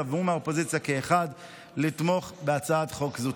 ומהאופוזיציה כאחד לתמוך בהצעת חוק זו.